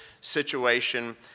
situation